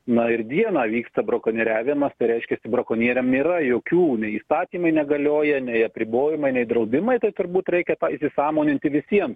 na ir dieną vyksta brakonieriavimas tai reiškiasi brakonieriam nėra jokių nei įstatymai negalioja nei apribojimai nei draudimai tai turbūt reikia tą įsisąmoninti visiem